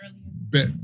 Bet